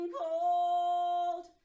cold